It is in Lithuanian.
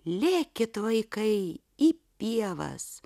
lėkit vaikai į pievas